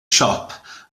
siop